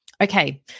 Okay